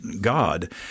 God